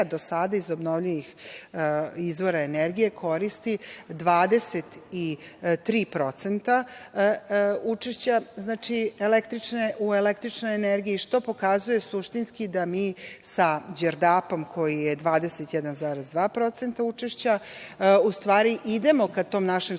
do sada, iz obnovljivih izvora energije, koristi 23% učešća u električnoj energiji, što pokazuje suštinski da mi sa Đerdapom, koji je 21,2% učešća, u stvari idemo ka tom našem strateškom